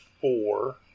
four